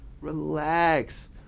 Relax